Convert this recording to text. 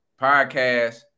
podcast